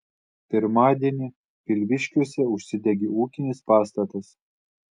pirmadienį pilviškiuose užsidegė ūkinis pastatas